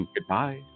Goodbye